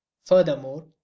furthermore